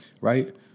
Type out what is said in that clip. right